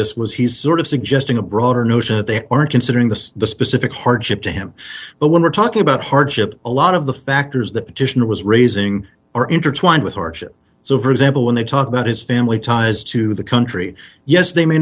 this was he's sort of suggesting a broader notion that they aren't considering the specific hardship to him but when we're talking about hardship a lot of the factors that petitioner was raising are intertwined with hardship so for example when they talk about his family ties to the country yes they may